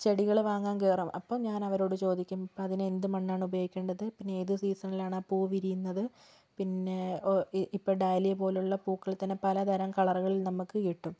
ചെടികൾ വാങ്ങാൻ കയറും അപ്പം ഞാൻ അവരോട് ചോദിക്കും ഇപ്പം അതിന് എന്ത് മണ്ണാണ് ഉപയോഗിക്കേണ്ടത് പിന്നെ ഏത് സീസണിലാണ് ആ പൂ വിരിയുന്നത് പിന്നെ ഇപ്പം ഡാലിയ പോലെയുള്ള പൂക്കളിൽത്തന്നെ പലതരം കളറുകളിൽ നമുക്ക് കിട്ടും